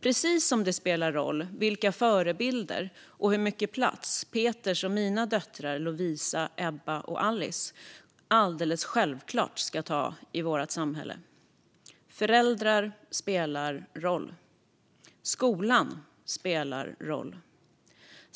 precis som det spelar roll vilka förebilder och hur mycket plats Peters och mina döttrar - Lovisa, Ebba och Alice - självklart ska ha och ta i vårt samhälle. Föräldrar spelar roll. Skolan spelar roll.